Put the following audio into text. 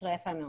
בצורה יפה מאוד.